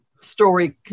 story